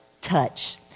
touch